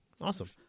Awesome